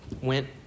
went